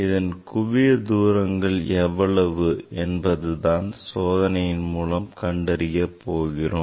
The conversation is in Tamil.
இதன் குவிய தூரங்கள் எவ்வளவு என்பதை தான் சோதனையின் மூலம் கண்டறிய போகிறோம்